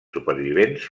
supervivents